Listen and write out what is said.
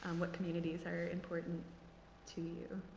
um what communities are important to you?